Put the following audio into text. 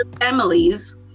families